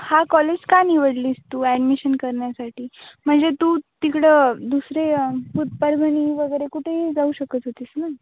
हा कॉलेज का निवडलीस तू ॲडमिशन करण्यासाठी म्हणजे तू तिकडं दुसरे उत परभणी वगैरे कुठेही जाऊ शकत होतीस ना